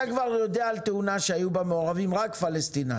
כבר יודע על תאונה שהיו מעורבים בה רק פלסטינאים,